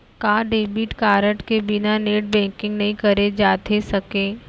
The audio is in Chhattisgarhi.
का डेबिट कारड के बिना नेट बैंकिंग नई करे जाथे सके?